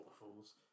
waterfalls